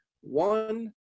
one